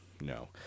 No